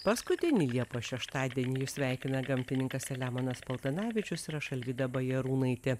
paskutinį liepos šeštadienį jus sveikina gamtininkas selemonas paltanavičius ir aš alvyda bajarūnaitė